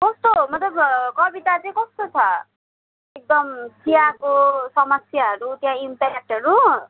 कस्तो मतलब कविता चाहिँ कस्तो छ एकदम चियाको समस्याहरू त्यहाँ इम्प्याक्टहरू